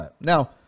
Now